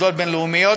עובדות בין-לאומיות,